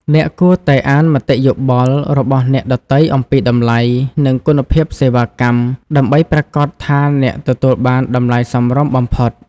អ្នកគួរតែអានមតិយោបល់ របស់អ្នកដទៃអំពីតម្លៃ និងគុណភាពសេវាកម្ម ដើម្បីប្រាកដថាអ្នកទទួលបានតម្លៃសមរម្យបំផុត។